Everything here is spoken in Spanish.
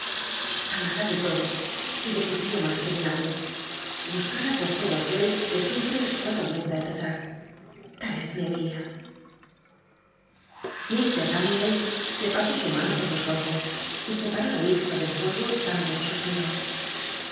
amada de todos y de su tio mas que de nadie buscada por todo aquel que sufre ó atormenta el pesar tal es mi emilia lir daniel se pasó su mano por los ojos y separó la vista del fuego dando un suspiro